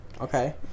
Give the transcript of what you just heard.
Okay